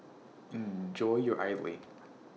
Enjoy your Idly